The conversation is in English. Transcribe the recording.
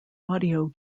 audio